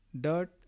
dirt